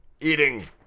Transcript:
Eating